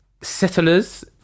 settlers